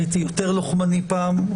הייתי יותר לוחמני פעם.